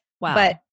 Wow